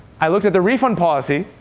i looked at the refund policy.